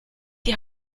die